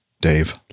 Dave